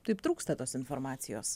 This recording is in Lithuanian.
taip trūksta tos informacijos